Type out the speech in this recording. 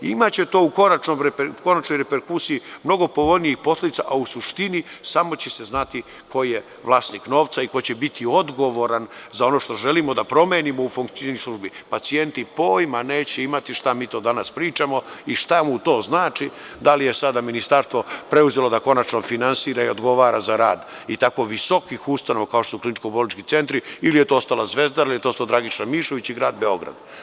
Imaće to u konačnoj reperkusiji mnogo povoljnijih posledica, a u suštini, samo će se znati ko je vlasnik novca i ko je odgovoran za ono što želimo da promenimo u funkcionisanju i pacijenti pojma neće imati šta mi to danas pričamo i šta mu to znači, da li je sada Ministarstvo preuzelo da konačno finansira i odgovara za rad i tako visokih ustanova kao što su kliničko-bolnički centri ili je to ostala Zvezdara, ili „Dragiša Mišović“ i grad Beograd.